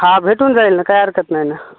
हा भेटून जाईल ना काय हरकत नाही ना